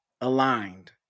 aligned